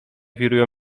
wirują